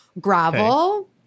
Gravel